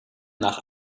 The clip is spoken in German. nach